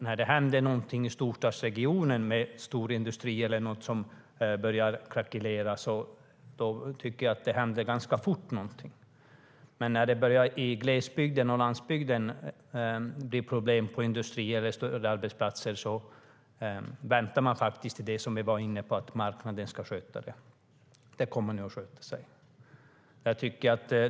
När det händer något i storstadsregionen, med storindustri eller något som börjar krackelera, börjar man ganska fort göra något, men när det blir problem för industrier eller större arbetsplatser på landsbygden eller i glesbygden väntar man sig faktiskt att marknaden ska sköta det. Det kommer nu att sköta sig.